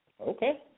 Okay